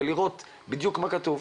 ולראות בדיוק מה כתוב.